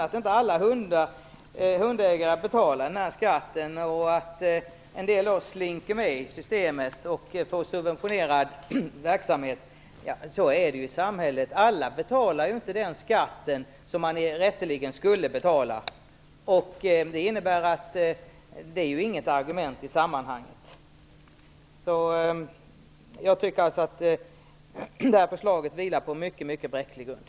Att inte alla hundägare betalar den här skatten, att en del slinker med i systemet och får subventionerad verksamhet vet vi. Så är det i samhället. Alla betalar inte den skatt som rätteligen skulle betalas. Det är alltså inget argument i sammanhanget. Jag tycker att det här förslaget vilar på en mycket bräcklig grund.